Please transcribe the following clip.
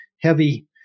heavy